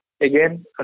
again